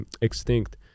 extinct